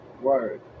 word